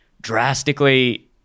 drastically